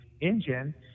engine